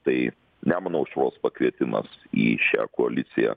tai nemuno aušros pakvietimas į šią koaliciją